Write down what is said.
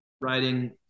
writing